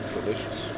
Delicious